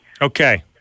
Okay